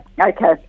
Okay